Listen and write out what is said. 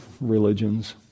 religions